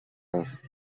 است